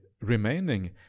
remaining